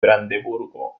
brandeburgo